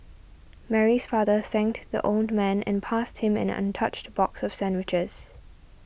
Mary's father thanked the old man and passed him an untouched box of sandwiches